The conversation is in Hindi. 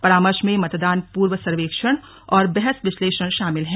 परामर्श में मतदान पूर्व सर्वेक्षण और बहस विश्लेषण शामिल हैं